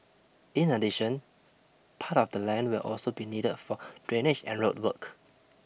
in addition part of the land will also be needed for drainage and road work